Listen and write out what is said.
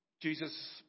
Jesus